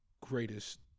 greatest